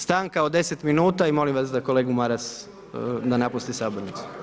Stanka od 10 minuta i molim vas da kolega Maras da napusti sabornicu.